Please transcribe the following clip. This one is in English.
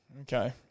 Okay